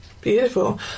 beautiful